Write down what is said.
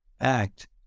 act